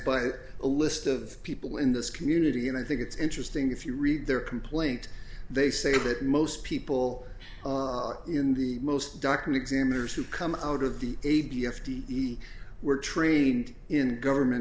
but a list of people in this community and i think it's interesting if you read their complaint they say that most people are in the most doctors examiners who come out of the a d f the were trained in government